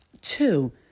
Two